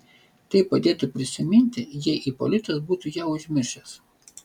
tai padėtų prisiminti jei ipolitas būtų ją užmiršęs